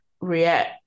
react